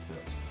tips